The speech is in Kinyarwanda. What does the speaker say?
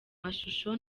mashusho